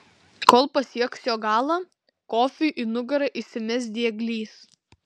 kol pasieks jo galą kofiui į nugarą įsimes dieglys